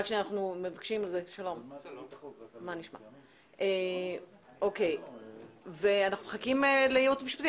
אנחנו מחכים לייעוץ משפטי.